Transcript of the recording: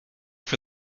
for